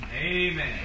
Amen